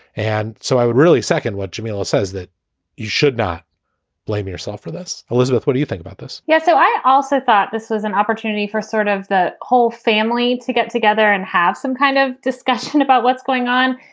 and so i would really second what jamila says that you should not blame yourself yourself for this. elizabeth, what do you think about this? yeah. so i also thought this was an opportunity for sort of the whole family to get together and have some kind of discussion about what's going on.